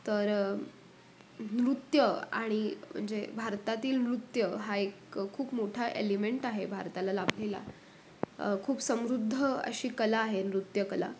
तर नृत्य आणि म्हणजे भारतातील नृत्य हा एक खूप मोठा एलिमेंट आहे भारताला लाभलेला खूप समृद्ध अशी कला आहे नृत्य कला